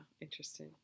interesting